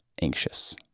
anxious